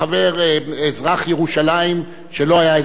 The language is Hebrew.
אזרח ירושלים שלא היה אזרח ישראל,